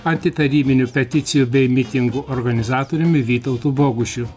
antitarybinių peticijų bei mitingų organizatoriumi vytautu bogušiu